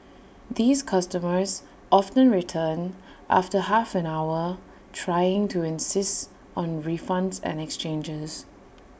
these customers often return after half an hour trying to insist on refunds or exchanges